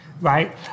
right